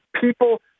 people